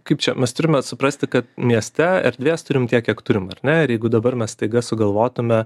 kaip čia mes turime suprasti kad mieste erdvės turim tiek kiek turim ar ne ir jeigu dabar mes staiga sugalvotume